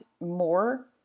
more